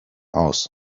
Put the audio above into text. aus